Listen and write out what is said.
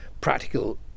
practical